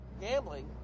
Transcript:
Gambling